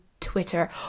Twitter